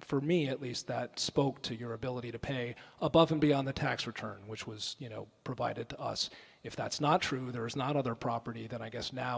for me at least that spoke to your ability to pay above and beyond the tax return which was you know provided to us if that's not true there is not other property that i guess now